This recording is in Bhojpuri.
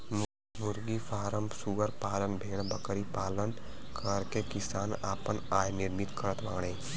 मुर्गी फ्राम सूअर पालन भेड़बकरी पालन करके किसान आपन आय निर्मित करत बाडे